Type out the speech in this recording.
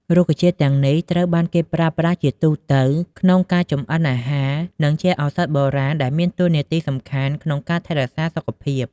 រុក្ខជាតិ ទាំងនេះ ត្រូវបានគេប្រើប្រាស់ជាទូទៅក្នុងការចម្អិនអាហារ និងជាឱសថបុរាណ ដែលមានតួនាទីសំខាន់ក្នុងការថែរក្សាសុខភាព។